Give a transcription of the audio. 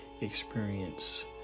experience